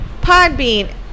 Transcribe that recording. Podbean